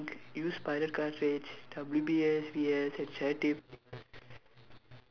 alcohol bathing used by the W P S P S